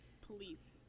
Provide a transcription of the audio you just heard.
police